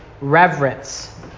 reverence